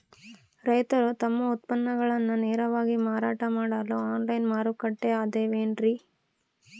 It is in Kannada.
ರೈತರು ತಮ್ಮ ಉತ್ಪನ್ನಗಳನ್ನ ನೇರವಾಗಿ ಮಾರಾಟ ಮಾಡಲು ಆನ್ಲೈನ್ ಮಾರುಕಟ್ಟೆ ಅದವೇನ್ರಿ?